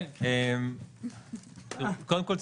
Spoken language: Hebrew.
קודם כול,